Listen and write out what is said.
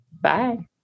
Bye